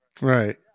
right